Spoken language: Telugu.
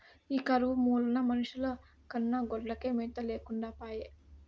ఈ కరువు మూలాన మనుషుల కన్నా గొడ్లకే మేత లేకుండా పాయె